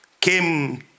came